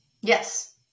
Yes